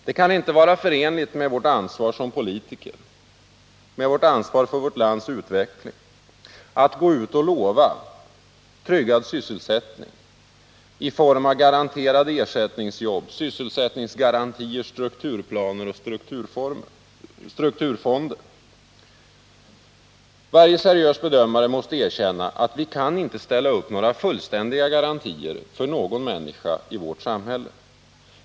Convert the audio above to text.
Det kan inte vara förenligt med det ansvar vi som politiker har för vårt lands utveckling att gå ut och lova tryggad sysselsättning i form av garanterade ersättningsjobb, sysselsättningsgarantier, strukturplaner och strukturfonder. Varje seriös bedömare måste erkänna att vi inte kan ställa upp några fullständiga garantier för någon människa i vårt samhälle.